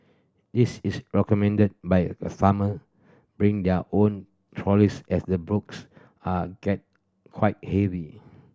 it's is recommended by the farmer bring their own trolleys as the books are get quite heavy